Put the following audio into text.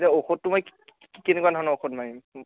এতিয়া ঔষধটো মই কেনেকুৱা ধৰণৰ ঔষধ মাৰিম